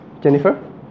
Jennifer